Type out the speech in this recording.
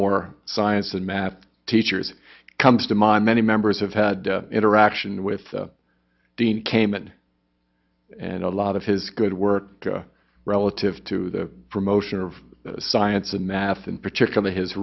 more science and math teachers comes to mind many members have had interaction with dean kamen and a lot of his good work relative to the promotion of science and math in particular his